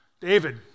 David